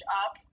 up